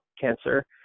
cancer